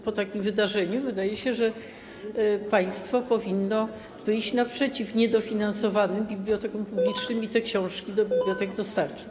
Po takim wydarzeniu, wydaje się, państwo powinno wyjść naprzeciw niedofinansowanym bibliotekom publicznym i te książki do bibliotek dostarczyć.